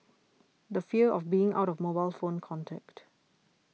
the fear of being out of mobile phone contact